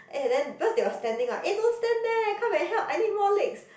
eh then because they were standing what eh don't stand there leh come and help I need more legs